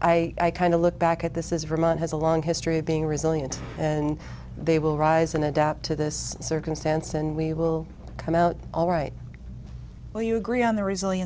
i kind of look back at this is remote has a long history of being resilient and they will rise and adapt to this circumstance and we will come out all right well you agree on the re